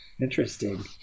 interesting